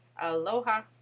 Aloha